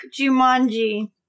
Jumanji